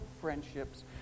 friendships